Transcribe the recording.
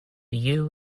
you